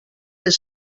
les